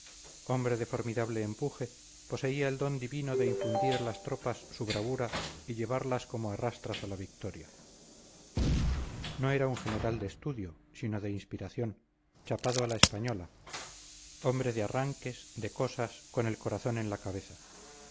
hombre de formidable empuje poseía el don divino de infundir a las tropas su bravura y llevarlas como a rastras a la victoria no era un general de estudio sino de inspiración chapado a la española hombre de arranques de cosas con el corazón en la cabeza